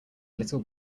little